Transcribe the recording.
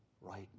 right